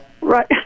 Right